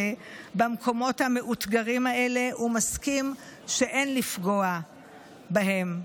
במקומות המאותגרים האלה ומסכים שאין לפגוע בהם.